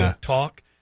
talk